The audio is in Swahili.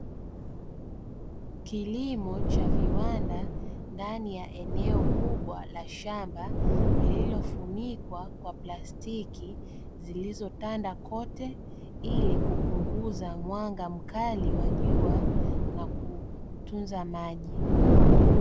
Kiliko cha viwanda ndani ya eneo kubwa la shamba lililofunikwa kwa plastiki, zilizotanda kote ili kupunguza mwanga kkali wa jua na kutunza maji.